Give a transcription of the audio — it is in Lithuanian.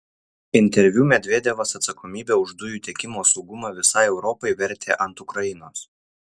interviu medvedevas atsakomybę už dujų tiekimo saugumą visai europai vertė ant ukrainos